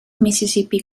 mississippi